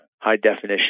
high-definition